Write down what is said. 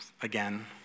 again